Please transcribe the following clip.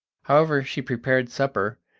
however, she prepared supper,